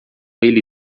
ele